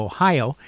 Ohio